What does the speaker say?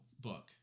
book